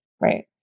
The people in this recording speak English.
right